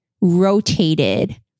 rotated